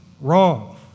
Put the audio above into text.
wrong